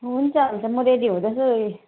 हुन्छ हुन्छ म रेडी हुँदैछु है